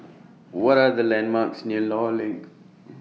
What Are The landmarks near law LINK